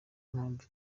impamvu